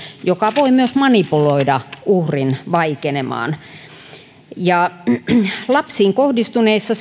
joka voi myös manipuloida uhrin vaikenemaan lapsiin kohdistuneissa